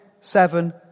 seven